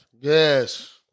Yes